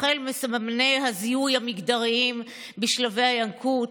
החל בסממני הזיהוי המגדריים בשלבי הינקות,